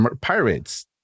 pirates